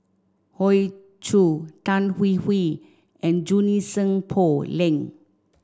Hoey Choo Tan Hwee Hwee and Junie Sng Poh Leng